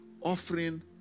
offering